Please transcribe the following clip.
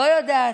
לא יודעת.